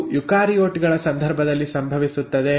ಇದು ಯುಕಾರಿಯೋಟ್ ಗಳ ಸಂದರ್ಭದಲ್ಲಿ ಸಂಭವಿಸುತ್ತದೆ